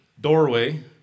doorway